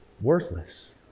worthless